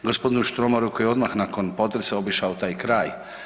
Gospodinu Štromaru koji je odmah nakon potresa obišao taj kraj.